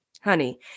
Honey